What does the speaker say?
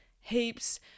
heaps